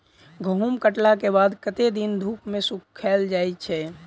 गहूम कटला केँ बाद कत्ते दिन धूप मे सूखैल जाय छै?